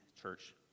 church